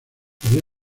debió